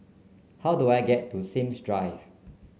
how do I get to Sims Drive